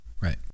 right